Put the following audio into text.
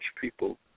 people